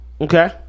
Okay